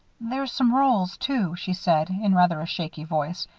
there's some rolls, too, she said, in rather a shaky voice.